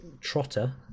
Trotter